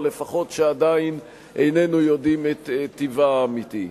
או לפחות שאיננו יודעים את טיבה האמיתי.